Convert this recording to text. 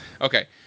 okay